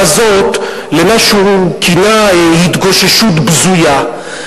הזאת למה שהוא כינה "התגוששות בזויה".